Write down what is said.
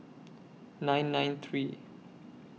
nine nine three